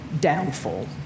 downfall